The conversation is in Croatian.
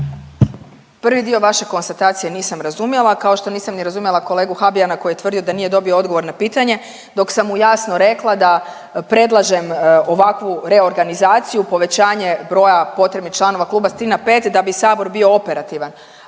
Prvi dio vaše konstatacije nisam razumjela, kao što nisam ni razumjela kolegu Habijana koji je tvrdio da nije dobio odgovor na pitanje dok sam mu jasno rekla da predlažem ovakvu reorganizaciju povećanje broja potrebnih članova kluba … na pet da bi Sabor bio operativan.